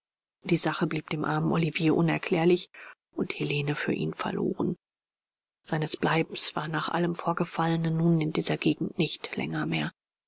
die sache blieb dem armen olivier unerklärlich und helene für ihn verloren seines bleibens war nach allem vorgefallenen nun in dieser gegend nicht länger mehr